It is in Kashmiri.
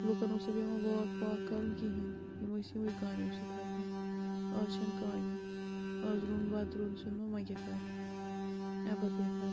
لوٗکَن اوس نہٕ پیٚوان واک پاک کَرُن کِہیٖنۍ نہٕ یِم ٲسۍ یِموٕے کامیٛو سۭتۍ ہیٚکان آز چھَنہٕ کامے آز روٚن بَتہٕ روٚن سیٛن روٚن وۄنۍ کیٛاہ کَرٕ اَمہِ پَتہٕ کیٛاہ کَرٕ